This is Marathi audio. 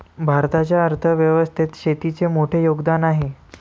भारताच्या अर्थ व्यवस्थेत शेतीचे मोठे योगदान आहे